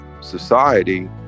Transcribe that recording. society